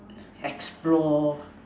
explore